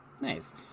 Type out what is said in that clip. Nice